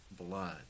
blood